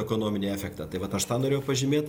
ekonominį efektą tai vat aš tą norėjau pažymėt